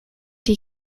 die